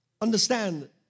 understand